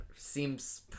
Seems